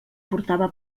portava